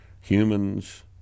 humans